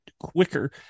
quicker